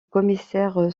commissaire